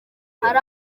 hari